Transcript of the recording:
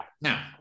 Now